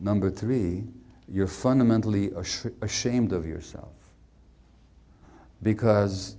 number three you're fundamentally ashamed of yourself because